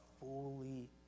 fully